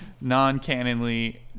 Non-canonly